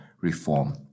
reform